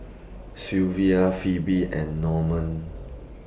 Silvia Phoebe and Normand